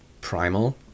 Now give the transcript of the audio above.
primal